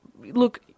look